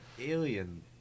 alien